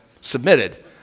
submitted